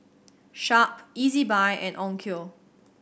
Sharp Ezbuy and Onkyo